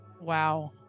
Wow